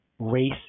race